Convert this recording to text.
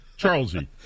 Charlesy